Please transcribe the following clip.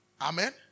Amen